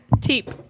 teep